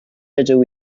ydw